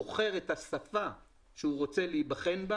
בוחר את השפה שהוא רוצה להיבחן בה